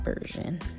version